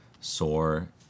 sore